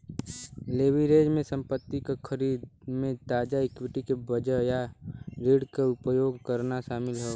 leverage में संपत्ति क खरीद में ताजा इक्विटी के बजाय ऋण क उपयोग करना शामिल हौ